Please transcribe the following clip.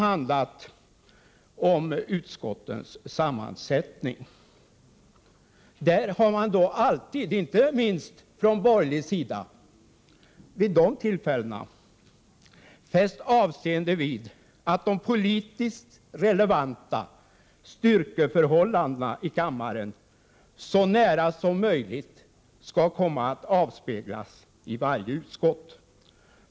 Vid de tillfällen denna fråga har diskuterats har man alltid, inte minst från borgerlig sida, fäst avseende vid att det politiskt relevanta styrkeförhållandet i kammaren så nära som möjligt skall komma att avspeglas i varje utskott.